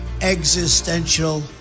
existential